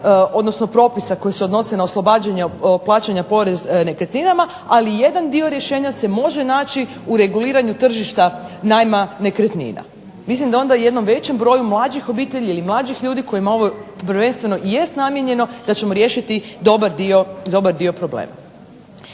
odnosno propisa koje se odnose na oslobađanje poreza nekretninama, ali jedan dio rješenja se može naći u reguliranju tržišta najma nekretnina. Mislim da onda jednom većem broju mlađih obitelji ili mlađih ljudi kojima prvenstveno i jest namijenjeno da ćemo riješiti dobar dio problema.